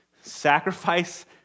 sacrifice